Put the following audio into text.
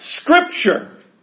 scripture